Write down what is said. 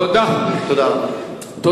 תודה רבה.